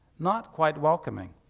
not quite welcoming.